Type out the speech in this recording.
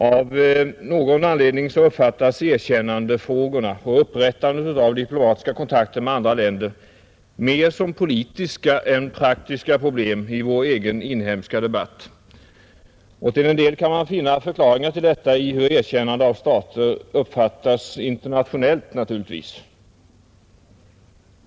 Av någon anledning betraktas erkännandefrågorna och upprättandet av diplomatiska kontakter med andra länder mer som politiska än som praktiska problem i vår egen inhemska debatt. Till en del kan man naturligtvis finna förklaringar till detta i hur erkännande av stater uppfattas internationellt.